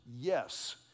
Yes